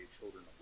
children